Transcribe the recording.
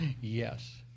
Yes